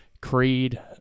Creed